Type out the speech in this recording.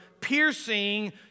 piercing